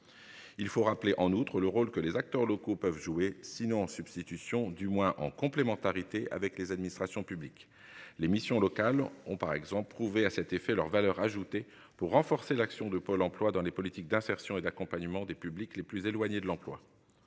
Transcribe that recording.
Il faut rappeler en outre le rôle que les acteurs locaux peuvent jouer sinon substitution du moins en complémentarité avec les administrations publiques, les missions locales ont par exemple trouvé à cet effet. Leur valeur ajoutée pour renforcer l'action de Pôle Emploi dans les politiques d'insertion et d'accompagnement des publics les plus éloignés de l'emploi.